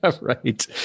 Right